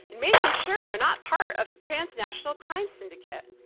and making sure they're not part of a transnational crime syndicate.